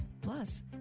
Plus